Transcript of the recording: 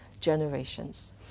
generations